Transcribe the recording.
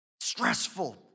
stressful